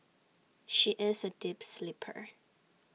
she is A deep sleeper